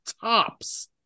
tops